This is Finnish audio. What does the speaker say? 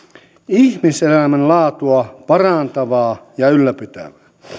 ihmiselämän laatua parantavaa ja ylläpitävää